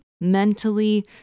mentally